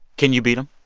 can you beat him?